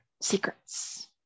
secrets